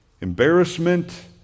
embarrassment